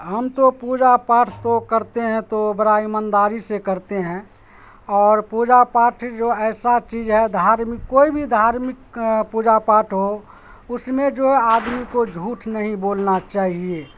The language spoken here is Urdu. ہم تو پوجا پاٹھ تو کرتے ہیں تو بڑا ایمانداری سے کرتے ہیں اور پوجا پاٹھ جو ایسا چیز ہے دھارمک کوئی بھی دھارمک پوجا پاٹھ ہو اس میں جو آدمی کو جھوٹ نہیں بولنا چاہیے